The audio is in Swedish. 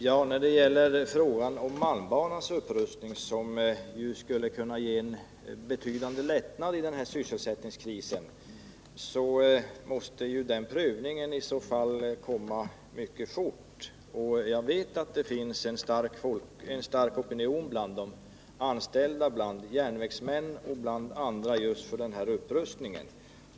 Herr talman! Prövningen när det gäller malmbanans upprustning, som skulle kunna innebära en betydande lättnad i den här sysselsättningskrisen, måste ske mycket snabbt. Jag vet att det finns en stark opinion bland de anställda, bland järnvägsmän och bland andra just för den här upprustningen.